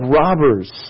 robbers